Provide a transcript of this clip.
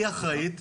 היא אחראית,